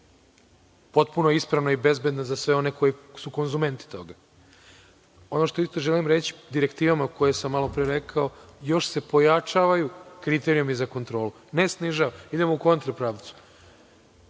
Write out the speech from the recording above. potpuno ispravna i bezbedna za sve one koji su konzumenti toga. Ono što isto želim reći, direktivama koje sam malopre rekao, još se pojačavaju kriterijumi za kontroli, ne snižava, idemo u kontra pravcu.